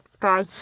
Bye